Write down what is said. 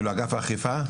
כאילו אגף האכיפה?